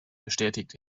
bestätigt